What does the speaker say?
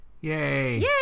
Yay